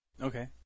Okay